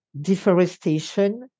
deforestation